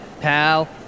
Pal